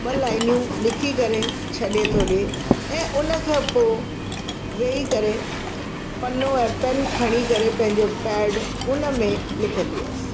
ॿ लाइनियूं लिखी करे छॾे थो ॾिए ऐं उनखां पोइ वेहि करे पन्नो ऐं पैन खणी करे पेंजो पैड उनमें लिखंदी हुयसि